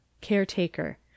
caretaker